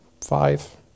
five